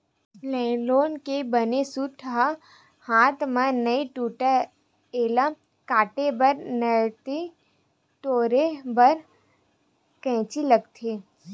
nylon के बने सूत ह हाथ म नइ टूटय, एला काटे बर नइते टोरे बर कइची लागथे